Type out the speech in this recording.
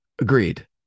Agreed